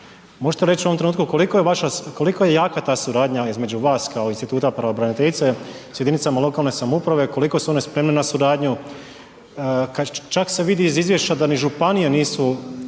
Možete li reći u ovom trenutku koliko je jaka ta suradnja između vas kao instituta pravobraniteljice sa jedinicama lokalne samouprave, koliko su one spremne na suradnju? Čak se vidi iz izvješća da ni županije nisu